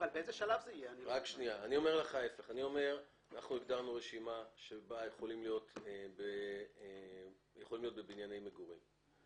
אנחנו הגדרנו רשימה שיכולה להיות בבנייני מגורים.